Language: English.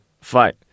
fight